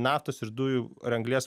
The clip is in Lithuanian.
naftos ir dujų ir anglies